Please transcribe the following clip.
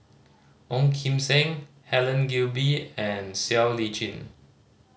Ong Kim Seng Helen Gilbey and Siow Lee Chin